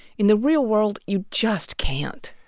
in the real world you just can't.